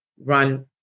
run